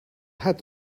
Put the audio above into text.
hat